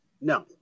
No